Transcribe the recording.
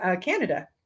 canada